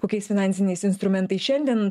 kokiais finansiniais instrumentais šiandien